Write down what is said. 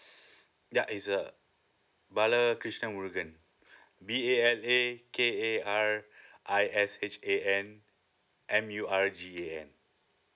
ya it's uh bala karishan murgan B A L A K A R I S H A N M U R G A N